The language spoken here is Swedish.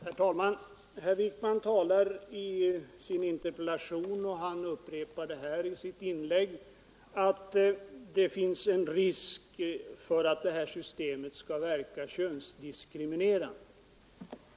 Herr talman! Herr Wijkman talar i sin interpellation om, och han upprepar det i sitt inlägg, att det finns en risk för att det här systemet skall verka könsdiskriminerande.